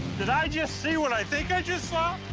did i just see what i think i just saw?